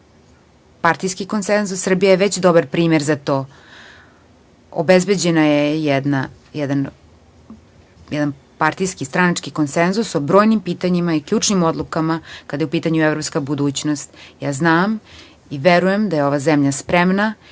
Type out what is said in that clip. partijski konsenzus. Srbija je već dobar primer za to. Obezbeđen je jedan partijski stranački konsenzus o brojnim pitanjima i ključnim odlukama kada je u pitanju evropska budućnost. Znam i verujem da je ova zemlja spremna i željna